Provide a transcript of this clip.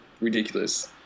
Ridiculous